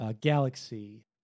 Galaxy